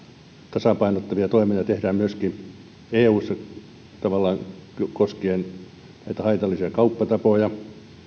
tasapainottavia toimia tehdään myöskin eussa tavallaan koskien näitä haitallisia kauppatapoja